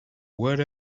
what